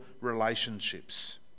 relationships